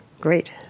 great